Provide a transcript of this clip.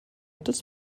des